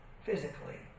physically